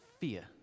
fear